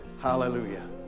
Hallelujah